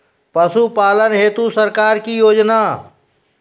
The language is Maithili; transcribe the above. पशुपालन हेतु सरकार की योजना?